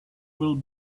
will